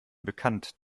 bekannt